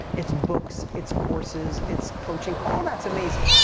it's books, it's courses, it's coaching, all that's amazing.